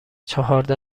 چهارده